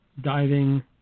diving